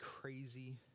crazy